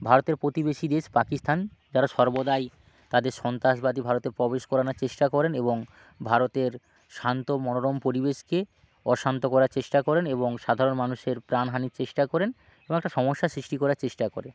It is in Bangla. ভারতের প্রতিবেশী দেশ পাকিস্থান যারা সর্বদাই তাদের সন্তাসবাদী ভারতের প্রবেশ করানোর চেষ্টা করেন এবং ভারতের শান্ত মনোরম পরিবেশকে অশান্ত করার চেষ্টা করেন এবং সাধারণ মানুষের প্রাণহানির চেষ্টা করেন এবং একটা সমস্যা সৃষ্টি করার চেষ্টা করে